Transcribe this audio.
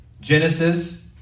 Genesis